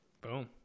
Boom